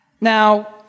Now